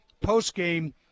post-game